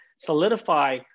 solidify